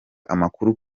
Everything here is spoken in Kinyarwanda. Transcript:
amakuru